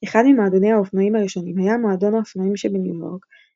אחד ממועדוני האופנועים הראשונים היה מועדון האופנועים בניו יורק,